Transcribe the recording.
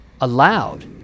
allowed